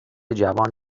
جوان